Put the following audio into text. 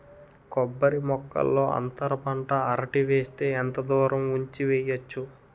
కొబ్బరి మొక్కల్లో అంతర పంట అరటి వేస్తే ఎంత దూరం ఉంచి వెయ్యొచ్చు?